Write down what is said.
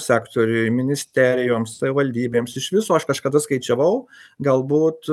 sektoriui ministerijoms savivaldybėms iš viso aš kažkada skaičiavau galbūt